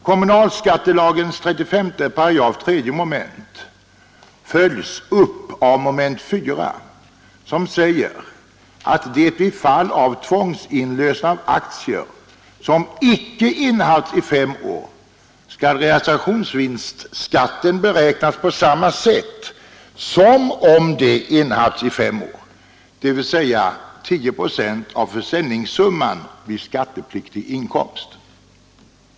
Kommunalskattelagens 35 § 3 mom. följs upp i 4 mom. som säger att vid fall av tvångsinlösen av aktier som inte innehafts i fem år skall realisationsvinstskatten beräknas på samma sätt som om aktierna hade innehafts i fem år, dvs. 10 procent av försäljningssumman blir skattepliktig inkomst.